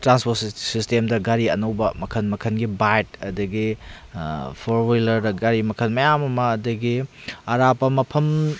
transport ꯁꯤꯁꯇꯦꯝꯗ ꯒꯥꯔꯤ ꯑꯅꯧꯕ ꯃꯈꯜ ꯃꯈꯜꯒꯤ ꯕꯥꯏꯠ ꯑꯗꯨꯗꯒꯤ ꯐꯣꯔ ꯋꯤꯂꯔꯗ ꯒꯥꯔꯤ ꯃꯈꯜ ꯃꯌꯥꯝ ꯑꯃ ꯑꯗꯨꯗꯒꯤ ꯑꯔꯥꯞꯄ ꯃꯐꯝ